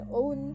own